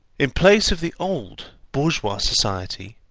in place of the old bourgeois society,